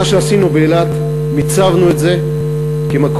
מה שעשינו באילת, מיצבנו את זה כמקום,